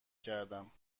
کردم